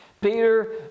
Peter